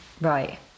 Right